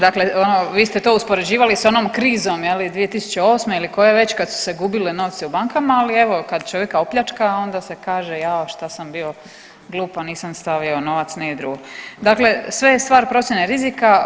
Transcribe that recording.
Dakle, vi ste to uspoređivali sa onom krizom je li iz 2008. ili koje već kad su se gubili novci u bankama, ali evo kad čovjeka opljačka onda se kaže jao šta sam bio glup, a nisam stavio novac negdje drugo, dakle sve je stvar procijene rizika.